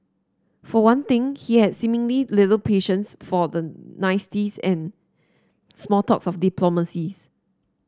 for one thing he had seemingly little patience for the niceties and small talks of diplomacies